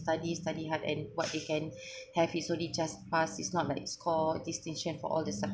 study study hard and what you can have is only just passed it's not like score distinction for all the